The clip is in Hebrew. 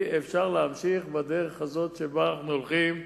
אי-אפשר להמשיך בדרך הזאת שבה אנחנו הולכים,